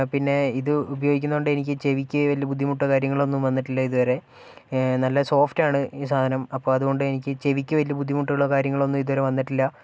പിന്നെ ഇത് ഉപയോഗിക്കുന്ന കൊണ്ട് എനിക്ക് ചെവിക്കു വലിയ ബുദ്ധിമുട്ടോ കാര്യങ്ങളൊന്നും വന്നിട്ടില്ല ഇതുവരെ നല്ല സോഫ്റ്റാണ് ഈ സാധനം അപ്പം അതുകൊണ്ടെനിക്ക് ചെവിക്ക് വലിയ ബുദ്ധിമുട്ടുകളോ കാര്യങ്ങളോ ഇതുവരെ വന്നിട്ടില്ല